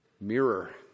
mirror